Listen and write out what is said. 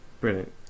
brilliant